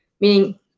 meaning